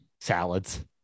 salads